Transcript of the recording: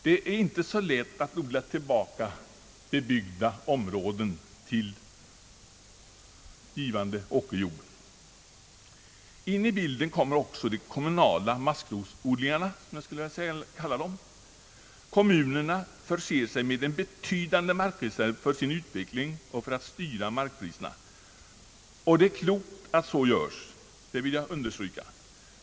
Det är inte så lätt att odla tillbaka bebyggda områden till givande åkerjord. In i bilden kommer också de kommunala maskrosodlingarna, som jag skulle vilja kalla dem. Kommunerna förser sig med en betydande markre serv för sin utveckling och för att styra markpriserna. Det är klokt att så sker. Det vill jag understryka.